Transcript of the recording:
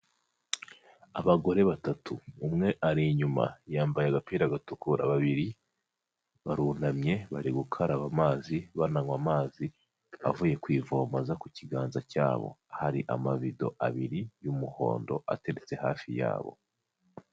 Abagore batatu, umwe ari inyuma yambaye agapira gatukura, babiri barunamye bari gukaraba amazi bananywa amazi avuye ku ivomo aza ku kiganza cyabo. Hari amabido abiri y'umuhondo ateretse hafi yabo.